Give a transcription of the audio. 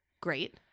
Great